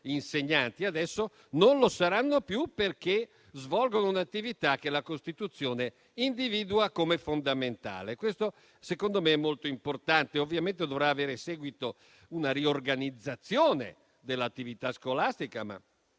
Adesso non lo saranno più, perché svolgono un'attività che la Costituzione individua come fondamentale. Questo secondo me è molto importante e ovviamente dovrà avere seguito con una riorganizzazione dell'attività scolastica,